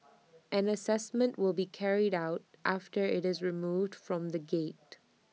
an Assessment will be carried out after IT is removed from the gate